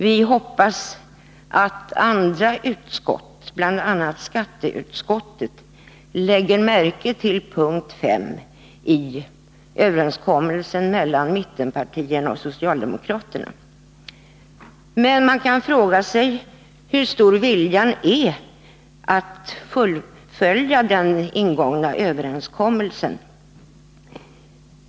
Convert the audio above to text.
Vi hoppas att andra utskott, bl.a. skatteutskottet, lägger märke till punkt fem i överenskommelsen mellan mittenpartierna och socialdemokraterna. Men man kan fråga sig hur stor viljan är att fullfölja den ingångna överenskommelsen.